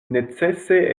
necese